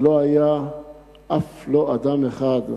ולא היה אף לא אדם אחד,